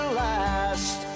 last